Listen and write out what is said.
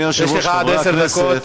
יש לך עד עשר דקות.